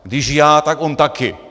Když já, tak on taky.